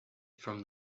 from